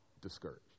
discouraged